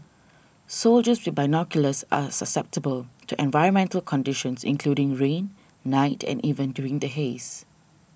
soldiers with binoculars are susceptible to environmental conditions including rain night and even during the haze